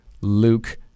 Luke